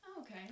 Okay